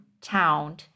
town